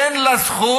אין לה זכות,